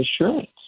assurance